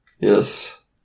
Yes